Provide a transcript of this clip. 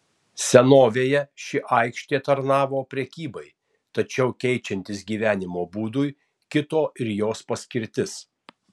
senovėje ši aikštė tarnavo prekybai tačiau keičiantis gyvenimo būdui kito ir jos paskirtis